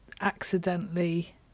accidentally